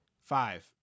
five